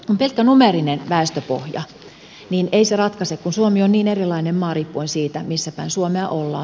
pelkkä numeerinen väestöpohja ei ratkaise kun suomi on niin erilainen maa riippuen siitä missä päin suomea ollaan